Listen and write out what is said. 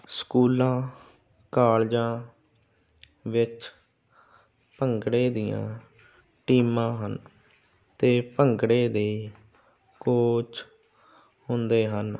ਸਕੂਲਾਂ ਕਾਲਜਾਂ ਵਿੱਚ ਭੰਗੜੇ ਦੀਆਂ ਟੀਮਾਂ ਹਨ ਅਤੇ ਭੰਗੜੇ ਦੇ ਕੋਚ ਹੁੰਦੇ ਹਨ